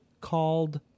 called